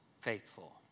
faithful